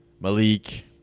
Malik